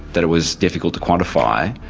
that it was difficult to quantify,